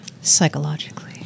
Psychologically